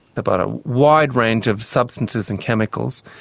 about a wide range of substances and chemicals,